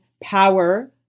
power